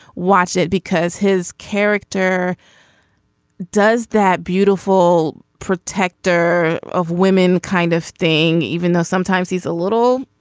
watch it. because his character does that beautiful protector of women kind of thing even though sometimes he's a little